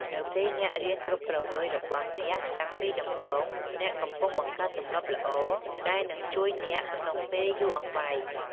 នៅពេលអ្នករៀនគ្រប់គ្រងលុយរបស់អ្នកតាំងពីដំបូង អ្នកកំពុងបង្កើតទម្លាប់ល្អដែលនឹងជួយអ្នកក្នុងពេលយូរអង្វែង។